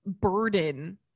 burden